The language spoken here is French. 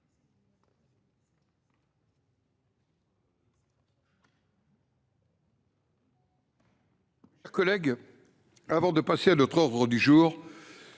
chers collègues, avant de passer à notre ordre du jour,